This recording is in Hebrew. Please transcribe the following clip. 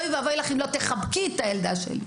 אוי ואבוי לך אם לא תחבקי את הילדה שלי.